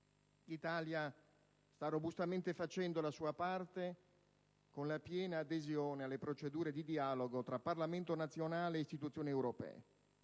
L'Italia sta robustamente facendo la sua parte con la piena adesione alle procedure di dialogo tra Parlamento nazionale e istituzioni europee